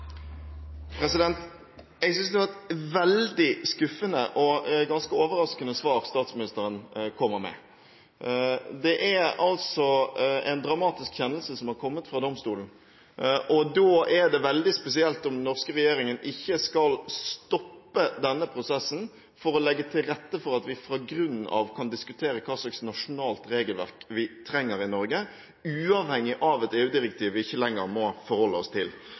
Jeg synes det har vært veldig skuffende og ganske overraskende svar statsministeren kommer med. Det er altså en dramatisk kjennelse som har kommet fra domstolen. Da er det veldig spesielt om den norske regjeringen ikke skal stoppe denne prosessen for å legge til rette for at vi fra grunnen av kan diskutere hva slags nasjonalt regelverk vi trenger i Norge, uavhengig av et EU-direktiv vi ikke lenger må forholde oss til.